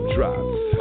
Drops